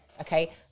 Okay